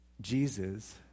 Jesus